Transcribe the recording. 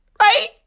right